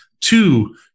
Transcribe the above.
Two